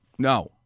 No